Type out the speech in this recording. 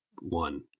One